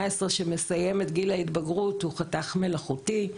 שמסיים את גיל ההתבגרות הוא חתך מלאכותי.